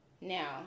Now